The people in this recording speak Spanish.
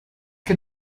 que